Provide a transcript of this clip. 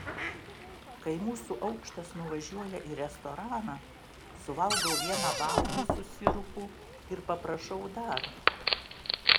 kai mūsų aukštas nuvažiuoja į restoraną suvalgau vieną vaflį su sirupu ir paprašau dar